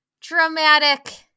dramatic